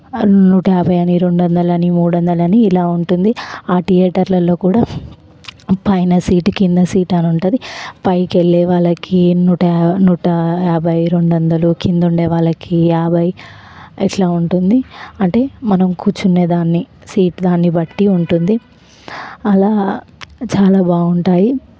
నూట యాభై అని రెండొందలు అని మూడొందలు అని ఇలా ఉంటుంది ఆ థియేటర్లలో కూడా పైన సీటు కింద సీట్ అని ఉంటుంది పాకి వెళ్ళే వాళ్ళకి నూట నూట యాభై రెండొందలు కింద ఉండే వాళ్ళకి యాభై ఇట్లా ఉంటుంది అంటే మనం కూర్చునేదాన్ని సీట్ దాన్నిబట్టి ఉంటుంది అలా చాలా బాగుంటాయి